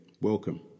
Welcome